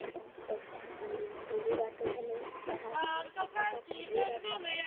ଏବଂ ପେସେଣାରେ ବିରି ବାଟୁଥିଲେ ଯାହାକି ଅଧିକ ଫୁଲିବା ସହ